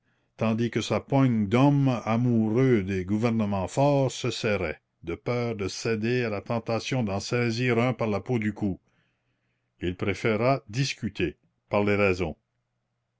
tandis que sa poigne d'homme amoureux des gouvernements forts se serrait de peur de céder à la tentation d'en saisir un par la peau du cou il préféra discuter parler raison